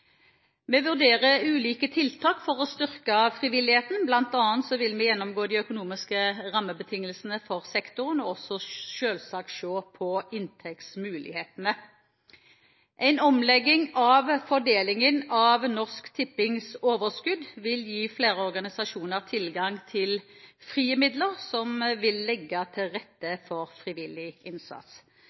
Vi vurderer ulike tiltak for å styrke frivilligheten, bl.a. vil vi gjennomgå de økonomiske rammebetingelsene for sektoren og også selvsagt se på inntektsmulighetene. En omlegging av fordelingen av Norsk Tippings overskudd vil gi flere organisasjoner tilgang til frie midler som vil legge til rette for frivillig innsats.